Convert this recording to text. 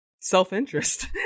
self-interest